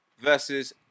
versus